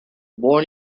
born